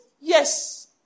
Yes